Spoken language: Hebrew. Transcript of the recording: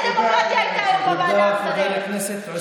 תודה, אדוני היושב-ראש.